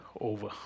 over